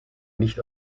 nicht